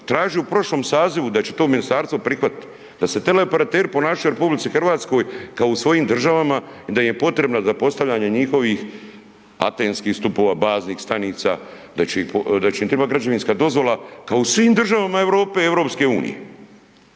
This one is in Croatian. tražio u prošlom sazivu da će to ministarstvo prihvatiti. Da se teleoperateri ponašaju u RH kao u svojim državama i da im je potrebna za postavljanje njihovih antenskih stupova, baznih stanica, da će im trebati građevinska dozvola kao u svim državama Europe i EU. Ako vi